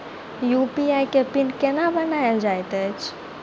UPI केँ PIN केना बनायल जाइत अछि